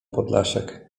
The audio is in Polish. podlasiak